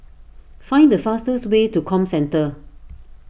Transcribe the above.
find the fastest way to Comcentre